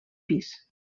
pis